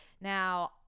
Now